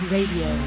Radio